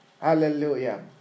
Hallelujah